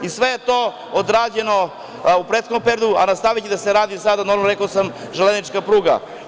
I sve je to odrađeno u prethodnom periodu, a nastaviće da se radi sada, rekao sam, železnička pruga.